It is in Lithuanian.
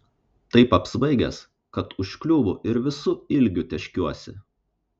taip apsvaigęs kad užkliūvu ir visu ilgiu tėškiuosi